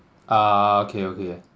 ah okay okay